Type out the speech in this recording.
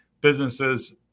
businesses